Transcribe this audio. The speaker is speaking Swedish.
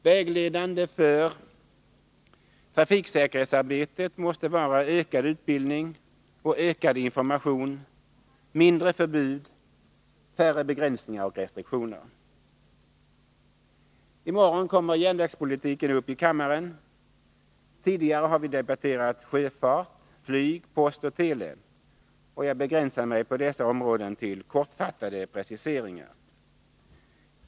Vägledande för trafiksäkerhetsarbetet måste vara ökad utbildning och ökad information, mindre förbud, färre begränsningar och restriktioner. I morgon kommer järnvägspolitiken upp i kammaren, tidigare har vi debatterat sjöfart, flyg, post och tele, och jag begränsar mig på dessa områden till kortfattade preciseringar.